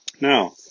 Now